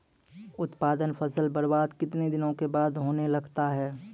उत्पादन फसल बबार्द कितने दिनों के बाद होने लगता हैं?